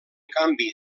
canvi